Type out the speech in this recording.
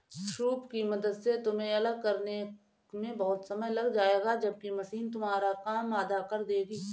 soup की मदद से तुम्हें अलग करने में बहुत समय लग जाएगा जबकि मशीन तुम्हारा काम आधा कर देगी